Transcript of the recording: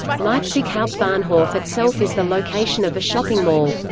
leipzig hauptbahnhof itself is the location of a shopping mall.